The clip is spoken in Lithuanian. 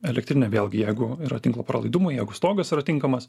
elektrinę vėlgi jeigu yra tinklo pralaidumai jeigu stogas yra tinkamas